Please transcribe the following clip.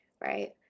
right